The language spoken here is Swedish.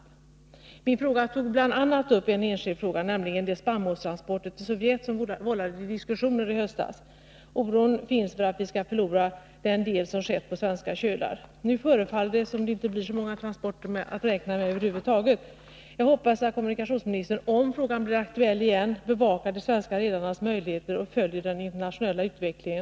I min fråga tog jag bl.a. upp ett enskilt exempel, nämligen de spannmålstransporter till Sovjet som vållade diskussion i höstas. Oro finns för att vi skall förlora den del av transporterna som skett på svenska kölar. Nu förefaller det som om det inte blir så många transporter som man räknat med. Jag hoppas att kommunikationsministern, om frågan blir aktuell igen, bevakar de svenska redarnas möjligheter och följer den internationella utvecklingen.